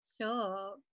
Sure